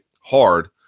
hard